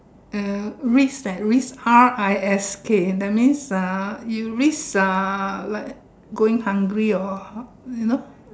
uh risk leh risk R I S K that means uh you risk uh like going hungry or you know